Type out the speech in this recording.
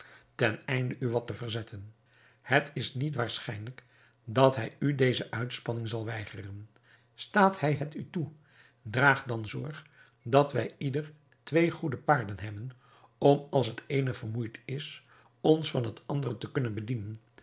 ten einde u wat te verzetten het is niet waarschijnlijk dat hij u deze uitspanning zal weigeren staat hij het u toe draag dan zorg dat wij ieder twee goede paarden hebben om als het eene vermoeid is ons van het andere te kunnen bedienen